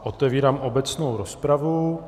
Otevírám obecnou rozpravu.